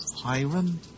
Hiram